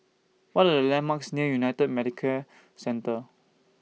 What Are The landmarks near United Medicare Centre